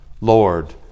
Lord